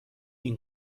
این